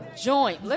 joint